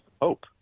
hope